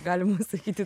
galima sakyti